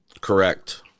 correct